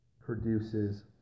produces